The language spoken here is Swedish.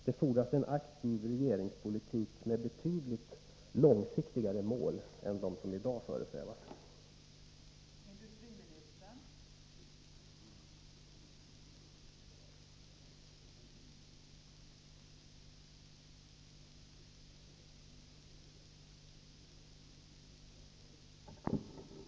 Det fordras en aktiv regeringspolitik, med betydligt långsiktigare mål än dem som i dag föresvävar regeringen.